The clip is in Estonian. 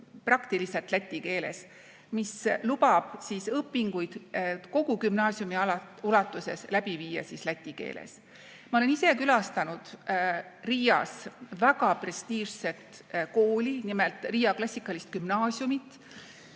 praktiliselt läti keeles, mis lubab õpinguid kogu gümnaasiumi ulatuses läbi viia läti keeles. Ma olen ise külastanud Riias väga prestiižset kooli, nimelt Riia klassikalist gümnaasiumit.